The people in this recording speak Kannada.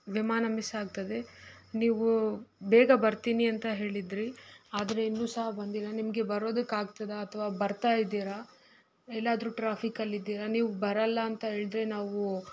ವಿಮಾನ ಮಿಸ್ಸಾಗ್ತದೆ ನೀವು ಬೇಗ ಬರ್ತೀನಿ ಅಂತ ಹೇಳಿದ್ದಿರಿ ಆದರೆ ಇನ್ನು ಸಹ ಬಂದಿಲ್ಲ ನಿಮಗೆ ಬರೋದಕ್ಕಾಗ್ತದಾ ಅಥ್ವಾ ಬರ್ತಾ ಇದ್ದೀರಾ ಎಲ್ಲಾದರೂ ಟ್ರಾಫಿಕಲ್ಲಿದ್ದೀರಾ ನೀವು ಬರಲ್ಲ ಅಂತ ಹೇಳಿದ್ರೆ ನಾವು